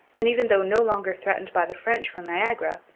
and, even though no longer threatened by the french from niagara,